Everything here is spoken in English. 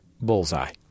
Bullseye